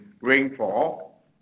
rainfall